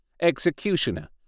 Executioner